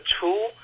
two